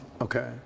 Okay